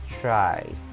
try